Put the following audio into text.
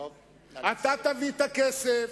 אתה תביא את הכסף,